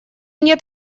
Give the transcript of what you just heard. нет